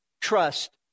trust